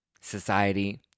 society